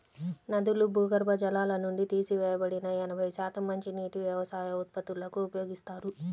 నదులు, భూగర్భ జలాల నుండి తీసివేయబడిన ఎనభై శాతం మంచినీటిని వ్యవసాయ ఉత్పత్తులకు ఉపయోగిస్తారు